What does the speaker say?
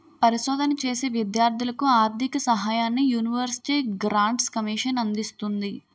పరిశోధన చేసే విద్యార్ధులకు ఆర్ధిక సహాయాన్ని యూనివర్సిటీ గ్రాంట్స్ కమిషన్ అందిస్తుంది